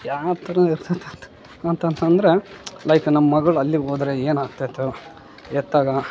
ಯಾ ಥರ ಇರ್ತತೆ ಅಂತಂತಂದರೆ ಲೈಕ್ ನಮ್ಮ ಮಗ್ಳು ಅಲ್ಲಿಗೆ ಹೋದರೆ ಏನಾಗ್ತತೊ ಎತ್ತಾಗ